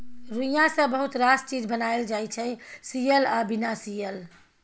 रुइया सँ बहुत रास चीज बनाएल जाइ छै सियल आ बिना सीयल